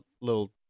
little